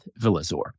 Villazor